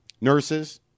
nurses